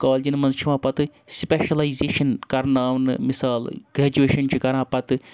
کالجَن منٛز چھِ یِوان پَتہٕ سٕپیٚشَلایزیشَن کَرناونہٕ مِثال گریجویشَن چھِ کَران پَتہٕ